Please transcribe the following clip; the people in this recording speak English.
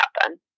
happen